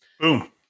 boom